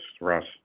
Russ